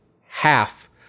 half